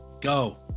go